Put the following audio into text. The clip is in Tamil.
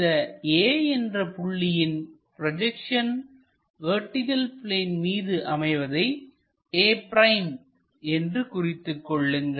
இந்த A என்ற புள்ளியின் ப்ரொஜெக்ஷன் வெர்டிகள் பிளேன் மீது அமைவதை a' என்று குறித்துக் கொள்ளுங்கள்